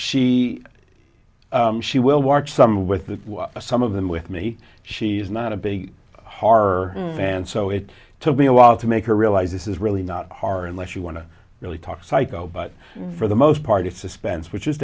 she she will want some with the some of them with me she's not a big har fan so it took me a while to make her realize this is really not hard unless you want to really talk psycho but for the most part of suspense which is